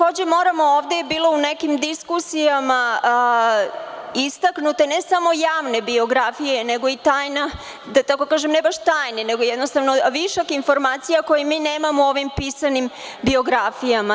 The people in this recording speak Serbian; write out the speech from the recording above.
Ovde je bilo u nekim diskusijama istaknuta ne samo javne biografije nego i tajna, da tako kaže, ne baš tajne, nego jednostavno višak informacija koje mi nemamo u ovim pisanim biografijama.